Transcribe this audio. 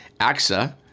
AXA